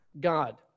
God